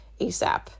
ASAP